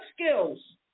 skills